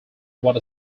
what